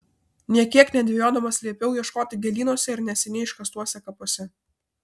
nė kiek nedvejodamas liepiau ieškoti gėlynuose ir neseniai iškastuose kapuose